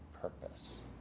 purpose